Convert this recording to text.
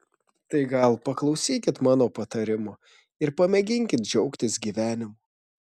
tai gal paklausykit mano patarimo ir pamėginkit džiaugtis gyvenimu